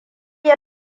ya